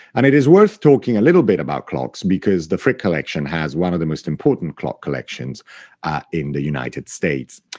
and it is worth talking a little bit about clocks because the frick collection collection has one of the most important clock collections in the united states.